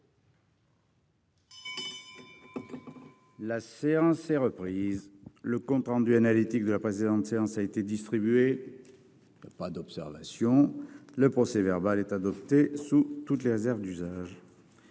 La séance est ouverte. Le compte rendu analytique de la précédente séance a été distribué. Il n'y a pas d'observation ?... Le procès-verbal est adopté sous les réserves d'usage.